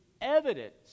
evidence